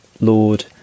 Lord